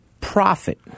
profit